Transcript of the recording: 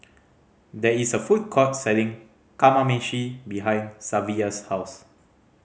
there is a food court selling Kamameshi behind Savilla's house